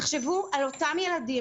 תחשבו על אותם ילדים,